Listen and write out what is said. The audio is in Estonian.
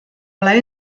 ole